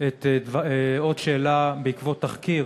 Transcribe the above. עוד שאלה: בעקבות תחקיר